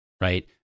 right